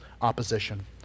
opposition